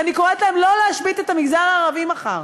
ואני קוראת להם לא להשבית את המגזר הערבי מחר.